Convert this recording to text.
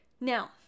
now